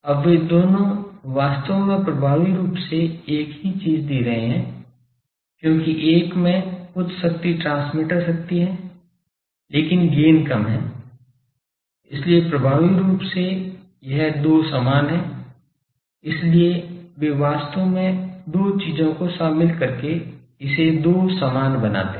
अब वे दोनों वास्तव में प्रभावी रूप से एक ही चीज दे रहे हैं क्योंकि एक में उच्च शक्ति ट्रांसमीटर शक्ति है लेकिन गैन कम है इसलिए प्रभावी रूप से यह दो समान हैं इसलिए वे वास्तव में दो चीजों को शामिल करके इसे दो समान बनाते हैं